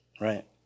Right